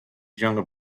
younger